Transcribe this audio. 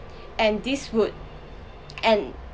and this would and